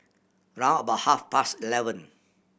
round about half past eleven